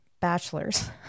bachelor's